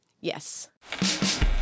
Yes